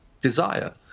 desire